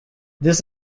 this